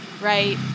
Right